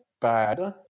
bad